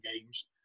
games